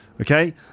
Okay